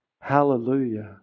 Hallelujah